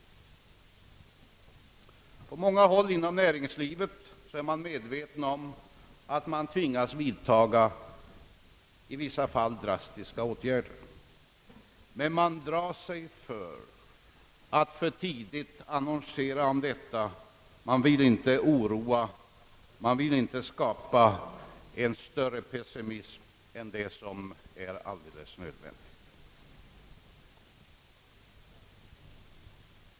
På många håll inom näringslivet är man medveten om att man i vissa fall tvingas vidta drastiska åtgärder. Man drar sig emellertid för att alltför tidigt annonsera om detta. Man vill inte oroa eller skapa en större pessimism än vad som är alldeles nödvändigt.